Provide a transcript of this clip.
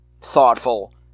thoughtful –